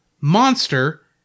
Monster